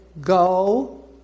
Go